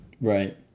Right